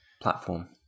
platform